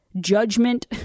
judgment